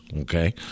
okay